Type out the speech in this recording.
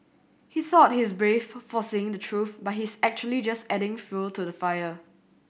he thought he's brave for saying the truth but he's actually just adding fuel to the fire